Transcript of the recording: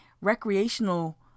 recreational